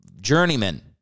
journeyman